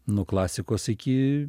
nuo klasikos iki